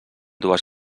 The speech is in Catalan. dues